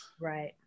right